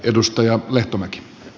arvoisa puhemies